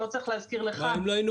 לא צריך להזכיר לך -- אם לא היינו